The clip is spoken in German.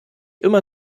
immer